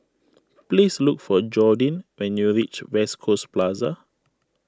please look for Jordin when you reach West Coast Plaza